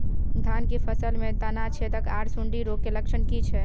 धान की फसल में तना छेदक आर सुंडी रोग के लक्षण की छै?